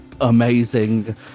amazing